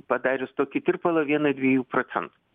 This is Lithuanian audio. padarius tokį tirpalą vieną dviejų procen